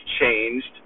changed